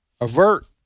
avert